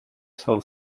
cell